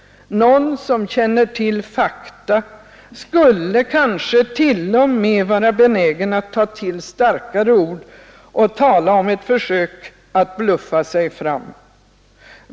Någon som känner till fakta skulle kanske t.o.m. vara benägen att ta till starkare ord och tala om ett försök att bluffa sig fram.